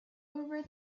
over